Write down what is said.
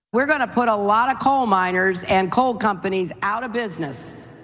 we're going to put a lot of coal miners and coal companies out of business